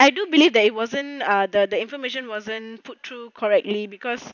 I do believe that it wasn't ah the the information wasn't put through correctly because